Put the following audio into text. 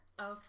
Okay